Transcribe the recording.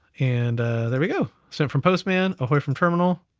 and there we go. sent from postman, ahoy from terminal.